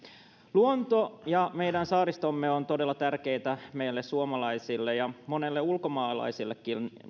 luonto ja meidän saaristomme ovat todella tärkeitä meille suomalaisille ja monelle ulkomaalaisellekin